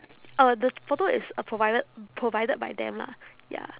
uh the photo is uh provided provided by them lah ya